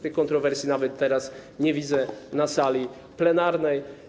Tych kontrowersji nawet teraz nie widzę na sali plenarnej.